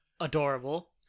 adorable